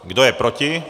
Kdo je proti?